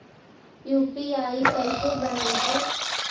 UPI कैसे बनइबै?